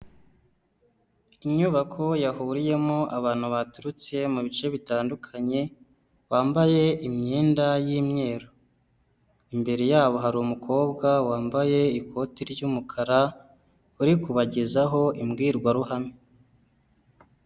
Inyubako yahuriyemo abantu baturutse mu bice bitandukanye, bambaye imyenda y'imyeru. Imbere yabo hari umukobwa wambaye ikoti ry'umukara, uri kubagezaho imbwirwaruhame.